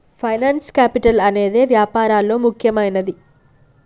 finance capital అనేదే వ్యాపారాల్లో ముఖ్యమైనది